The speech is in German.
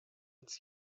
uns